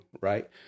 right